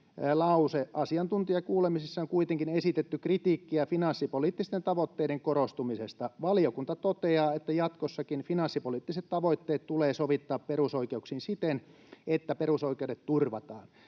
lause: ”Asiantuntijakuulemisissa on kuitenkin esitetty kritiikkiä finanssipoliittisten tavoitteiden korostumisesta. Valiokunta toteaa, että jatkossakin finanssipoliittiset tavoitteet tulee sovittaa perusoikeuksiin siten, että perusoikeudet turvataan.”